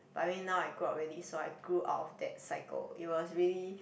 but I mean now I grow up already so I grew out of that cycle it was really